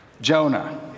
Jonah